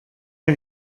der